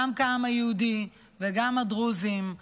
גם העם היהודי וגם הדרוזים,